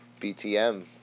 BTM